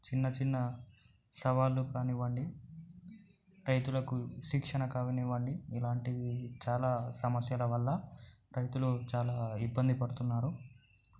చిన్న చిన్న సవాళ్ళు కానివ్వండి రైతులకు శిక్షణ కానివ్వండి ఇలాంటివి చాలా సమస్యల వల్ల రైతులు చాలా ఇబ్బంది పడుతున్నారు